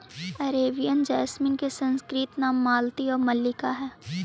Arabian jasmine के संस्कृत नाम मालती आउ मल्लिका हइ